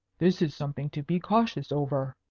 this is something to be cautious over.